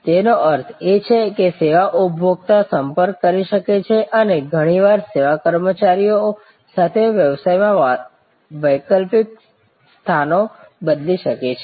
તેનો અર્થ એ છે કે સેવા ઉપભોક્તા સંપર્ક કરી શકે છે અને ઘણીવાર સેવા કર્મચારીઓ સાથે વાસ્તવમાં વૈકલ્પિક સ્થાનો બદલી શકે છે